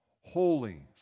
holy